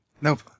Nope